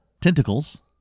tentacles